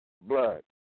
blood